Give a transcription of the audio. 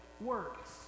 works